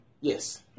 Yes